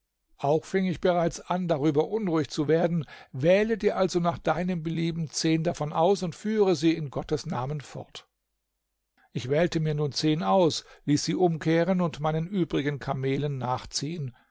auch fing ich bereits an darüber unruhig zu werden wähle dir also nach deinem belieben zehn davon aus und führe sie in gottes namen fort ich wählte mir nun zehn aus ließ sie umkehren und meinen übrigen kamelen nachziehen